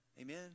Amen